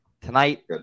Tonight